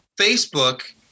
Facebook